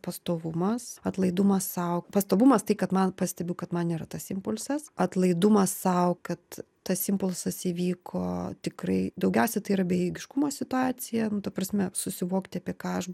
pastovumas atlaidumas sau pastovumas tai kad man pastebiu kad man yra tas impulsas atlaidumas sau kad tas impulsas įvyko tikrai daugiausiai tai yra bejėgiškumo situacija nu ta prasme susivokti apie ką aš